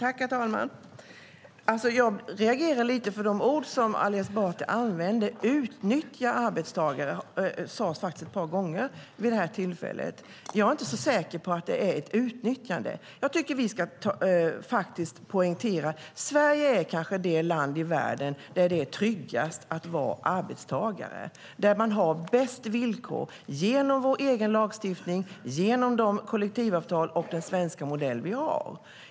Herr talman! Jag reagerar lite över de ord som Ali Esbati använder - utnyttja arbetstagare sades faktiskt ett par gånger. Jag är inte så säker på att det är ett utnyttjande. Jag tycker att vi behöver poängtera att Sverige kanske är det land i världen där det är tryggast att vara arbetstagare. Vi har de bästa villkoren genom vår egen lagstiftning, våra kollektivavtal och den svenska modellen.